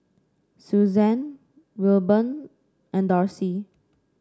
Susanne Wilburn and Darcie